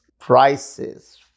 prices